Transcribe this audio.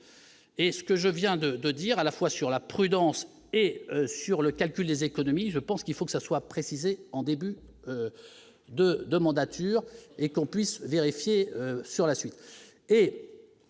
et ce que je viens de dire à la fois sur la prudence et sur le calcul des économies, je pense qu'il faut que ça soit précisé en début de de mandature et qu'on puisse vérifier sur la suite